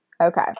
Okay